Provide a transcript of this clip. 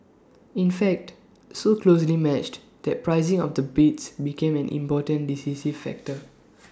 in fact so closely matched that pricing of the bids became an important decisive factor